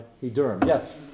Yes